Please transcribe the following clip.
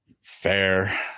fair